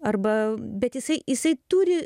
arba bet jisai jisai turi